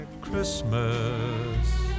Christmas